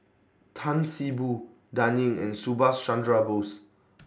Tan See Boo Dan Ying and Subhas Chandra Bose